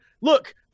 look